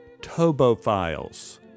Tobofiles